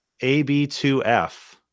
AB2F